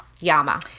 yama